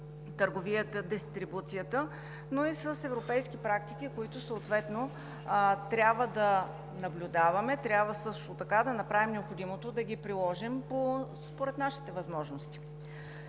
търговията, дистрибуцията, но и с европейски практики, които съответно трябва да наблюдаваме, трябва също така да направим необходимото да ги приложим според нашите възможности.